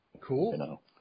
Cool